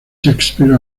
shakespeare